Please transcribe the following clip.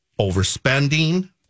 overspending